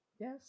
Yes